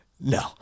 No